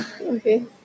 Okay